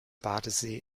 badesee